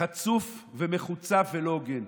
חצוף ומחוצף ולא הוגן,